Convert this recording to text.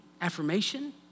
affirmation